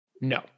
No